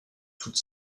toutes